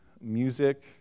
music